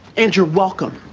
and you're welcome